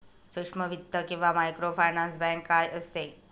सूक्ष्म वित्त किंवा मायक्रोफायनान्स बँक काय असते?